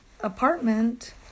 apartment